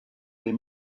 les